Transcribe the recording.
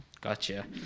Gotcha